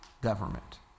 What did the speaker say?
government